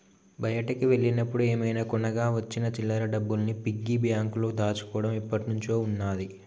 బయటికి వెళ్ళినప్పుడు ఏమైనా కొనగా వచ్చిన చిల్లర డబ్బుల్ని పిగ్గీ బ్యాంకులో దాచుకోడం ఎప్పట్నుంచో ఉన్నాది